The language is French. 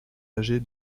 âgée